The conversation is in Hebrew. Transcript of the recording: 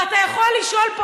ואתה יכול לשאול פה,